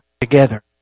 together